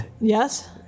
yes